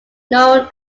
known